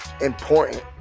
important